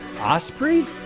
Osprey